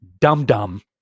dum-dum